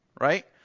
right